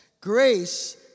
Grace